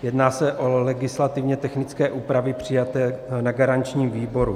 Jedná se o legislativně technické úpravy přijaté na garančním výboru.